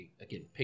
Again